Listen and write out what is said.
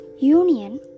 union